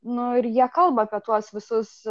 nu ir jie kalba kad tuos visus